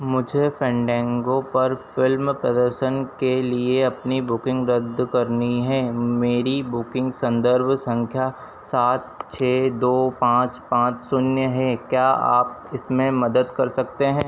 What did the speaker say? मुझे फैन्डैन्गो पर फ़िल्म प्रदर्शन के लिए अपनी बुकिन्ग रद्द करनी है मेरी बुकिन्ग सन्दर्भ सँख्या सात छह दो पाँच पाँच शून्य है क्या आप इसमें मदद कर सकते हैं